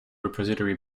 repository